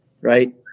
right